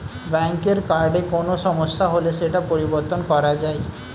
ব্যাঙ্কের কার্ডে কোনো সমস্যা হলে সেটা পরিবর্তন করা যায়